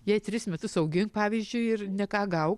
jie tris metus augint pavyzdžiui ir ne ką gau